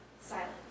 Silence